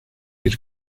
bir